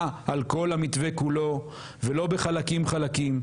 על כל המתווה כולו ולא בחלקים חלקים,